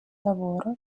lavoro